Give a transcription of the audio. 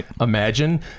imagine